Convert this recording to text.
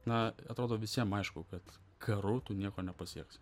na atrodo visiem aišku kad karu tu nieko nepasieksi